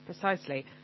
Precisely